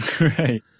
Right